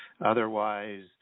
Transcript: otherwise